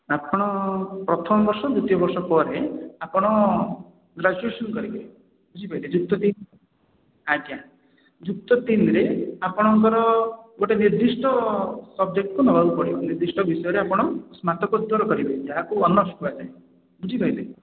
ଆପଣ ପ୍ରଥମ ବର୍ଷ ଦ୍ୱିତୀୟ ବର୍ଷ ପରେ ଆପଣ ଗ୍ରାଜୁଏସନ୍ କରିବେ ବୁଝିପାରିଲେ ଯୁକ୍ତ ତିନି ଆଜ୍ଞା ଯୁକ୍ତ ତିନିରେ ଆପଣଙ୍କର ଗୋଟେ ନିର୍ଦ୍ଦିଷ୍ଟସବ୍ଜେକ୍ଟକୁ ନେବାକୁ ପଡ଼ିବ ଗୋଟେ ନିର୍ଦ୍ଦିଷ୍ଟ ବିଷୟରେ ଆପଣ ସ୍ନାତକୋତ୍ତର କରିବେ ଯାହାକୁ ଅନର୍ସ୍ କୁହାଯାଏ ବୁଝି ପାରିଲେ